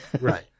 Right